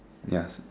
ya